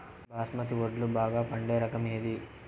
బాస్మతి వడ్లు బాగా పండే రకం ఏది